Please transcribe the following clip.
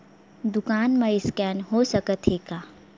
दुकान मा स्कैन हो सकत हे का?